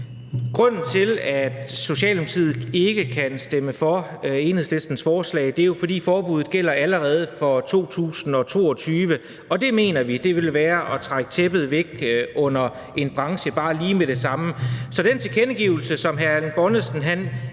Grunden til, at Socialdemokratiet ikke kan stemme for Enhedslistens forslag, er, at forbuddet gælder allerede fra 2022, og det mener vi ville være at trække tæppet væk under en branche bare lige med det samme. Så den tilkendegivelse, som hr. Erling Bonnesen